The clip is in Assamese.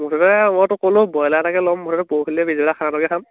মুঠতে মই তোক ক'লোঁ ব্ৰয়লাৰ এটাকে ল'ম মুঠতে পৰখিলে পিছবেলা খানাতো খাম